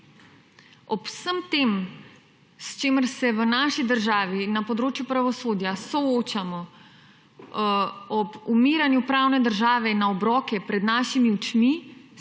Ob vem tem s čemer se v naši državi na področju pravosodja soočamo ob umiranju pravne države na obroke pred našimi očmi,